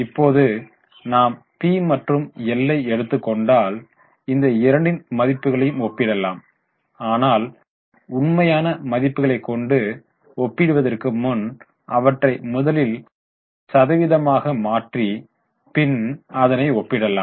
இப்போது நாம் பி மற்றும் எல் ஐ எடுத்துக் கொண்டால் இந்த இரண்டின் மதிப்புகளையும் ஒப்பிடலாம் ஆனால் உண்மையான மதிப்புகளைக் கொண்டு ஒப்பிடுவதற்கு முன் அவற்றை முதலில் சதவீதமாக மாற்றி பின் அதனை ஒப்பிடலாம்